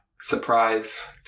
Surprise